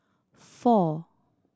four